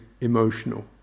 emotional